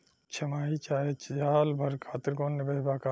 छमाही चाहे साल भर खातिर कौनों निवेश बा का?